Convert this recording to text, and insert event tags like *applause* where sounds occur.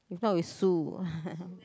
if not we sue *laughs*